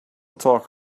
talk